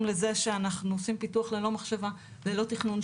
לזה שאנחנו עושים פיתוח ללא מחשבה וללא תכנון,